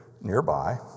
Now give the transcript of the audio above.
nearby